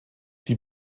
die